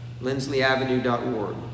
lindsleyavenue.org